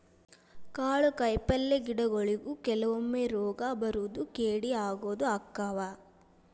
ಕಾಳು ಕಾಯಿಪಲ್ಲೆ ಗಿಡಗೊಳಿಗು ಕೆಲವೊಮ್ಮೆ ರೋಗಾ ಬರುದು ಕೇಡಿ ಆಗುದು ಅಕ್ಕಾವ